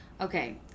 Okay